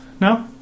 no